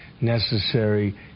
necessary